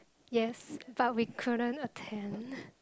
yes but we couldn't attend